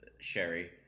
Sherry